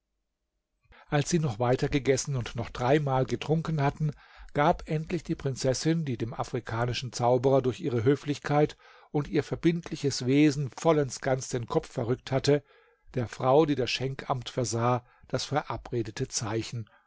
als sie noch weiter gegessen und noch dreimal getrunken hatten gab endlich die prinzessin die dem afrikanischen zauberer durch ihre höflichkeit und ihr verbindliches wesen vollends ganz den kopf verrückt hatte der frau die das schenkamt versah das verabredete zeichen